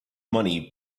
money